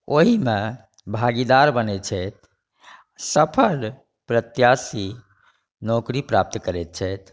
ओहिमे भागिदार बनै छथि सफल प्रत्याशी नौकरी प्राप्त करै छथि